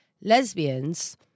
Lesbians